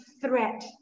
threat